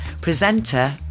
presenter